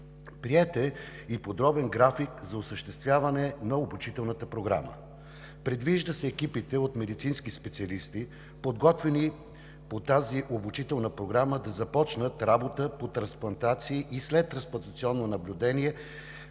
Приет е и подробен график за осъществяване на обучителната програма. Предвижда се екипите от медицински специалисти, подготвени по тази обучителна програма, да започнат работа по трансплантации и следтрансплантационно наблюдение